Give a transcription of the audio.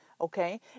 Okay